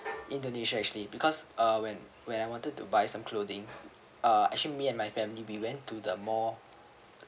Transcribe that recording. indonesia actually because uh when when I wanted to buy some clothing uh actually me and my family we went to the mall